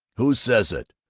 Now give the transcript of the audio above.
who says it?